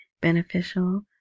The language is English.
beneficial